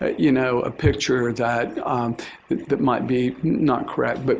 you know, a picture that but might be not correct. but